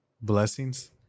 Blessings